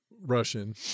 Russian